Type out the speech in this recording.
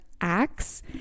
Acts